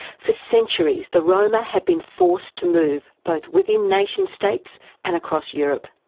for centuries, the roma have been forced to move both within nation states and across europe.